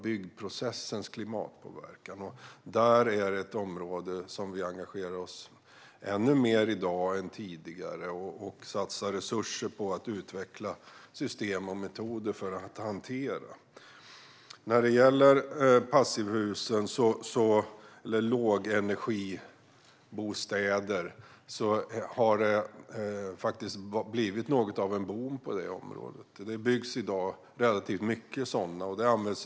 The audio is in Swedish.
Detta är ett område där vi engagerar oss ännu mer i dag än tidigare och satsar resurser för att utveckla system och metoder att hantera det här. När det gäller passivhusen, eller lågenergibostäder, har det faktiskt blivit något av en boom på området. Det byggs i dag relativt många sådana.